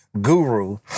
guru